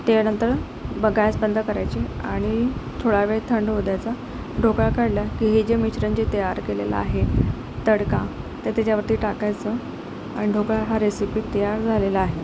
त्यानंतर ब गॅस बंद करायची आणि थोड्यावेळ थंड होऊ द्यायचा ढोकळा काढला की हे जे मिश्रण जे तयार केलेलं आहे तडका तर त्याच्यावरती टाकायचं आणि ढोकळा हा रेसिपी तयार झालेला आहे